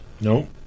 No